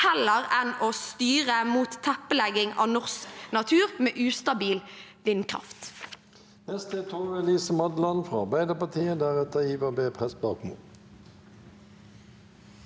heller enn å styre mot teppelegging av norsk natur med ustabil vindkraft.